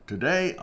Today